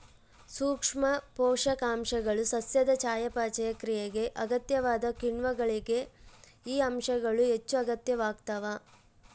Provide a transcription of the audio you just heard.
ಸೂಕ್ಷ್ಮ ಪೋಷಕಾಂಶಗಳು ಸಸ್ಯದ ಚಯಾಪಚಯ ಕ್ರಿಯೆಗೆ ಅಗತ್ಯವಾದ ಕಿಣ್ವಗಳಿಗೆ ಈ ಅಂಶಗಳು ಹೆಚ್ಚುಅಗತ್ಯವಾಗ್ತಾವ